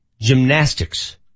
Gymnastics